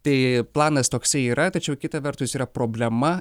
tai planas toksai yra tačiau kita vertus yra problema